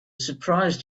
surprised